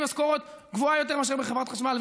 משכורת גבוהה יותר מאשר בחברת חשמל,